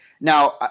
Now